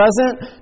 present